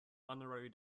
honorary